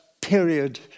period